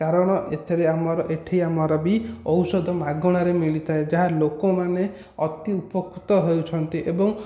କାରଣ ଏଥିରେ ଆମର ଏଠି ଆମର ବି ଔଷଧ ମାଗଣାରେ ମିଳିଥାଏ ଯାହା ଲୋକମାନେ ଅତି ଉପକୃତ ହେଉଛନ୍ତି ଏବଂ